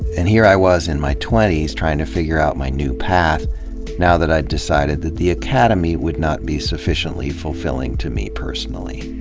and here i was, in my twenties, trying to figure out my new path now that i'd decided that the academy would not be sufficiently fulfilling to me personally.